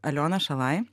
aliona šalaj